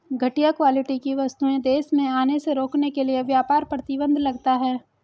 घटिया क्वालिटी की वस्तुएं देश में आने से रोकने के लिए व्यापार प्रतिबंध लगता है